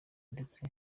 ndetse